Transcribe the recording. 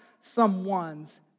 someone's